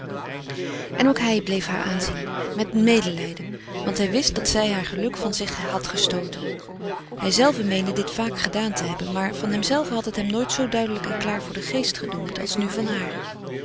en ook hij bleef haar aanzien met medelijden want hij wist dat zij haar geluk van zich had gestooten hij zelve meende dit vaak gedaan te hebben maar van hemzelven had het hem nooit zoo duidelijk en klaar voor den geest gedoemd als nu van haar